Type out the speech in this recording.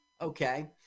Okay